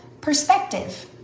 perspective